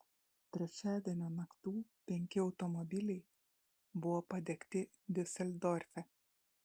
trečiadienio naktų penki automobiliai buvo padegti diuseldorfe